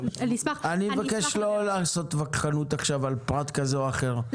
אני מבקש לא לעשות עכשיו וכחנות על פרט כזה או אחר,